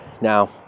Now